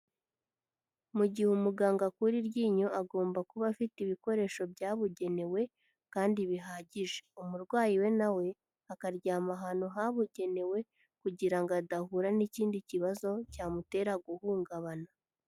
Mu gihe umuganga akura iryinyo agomba kuba afite ibikoresho byabugenewe kandi bihagije, umurwayi we nawe akaryama ahantu habugenewe kugira ngo adahura n'ikindi kibazo cyamutera guhungabana.